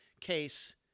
case